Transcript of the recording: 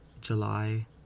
July